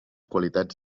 qualitats